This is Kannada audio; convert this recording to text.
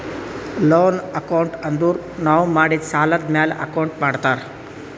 ಲೋನ್ ಅಕೌಂಟ್ ಅಂದುರ್ ನಾವು ಮಾಡಿದ್ ಸಾಲದ್ ಮ್ಯಾಲ ಅಕೌಂಟ್ ಮಾಡ್ತಾರ್